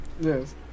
Yes